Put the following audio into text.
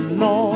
no